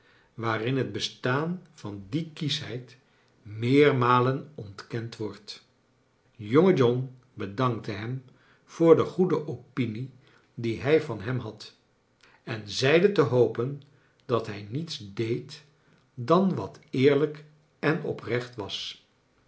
waarin het bestaan van die kieschheid meermalen ontkend wordt jonge john bedankte hem voor de goede opinie die hij van hem had en zei te hopen dat hij niets deed dan wat eerlijk en oprecht was